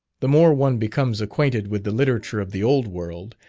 the more one becomes acquainted with the literature of the old world,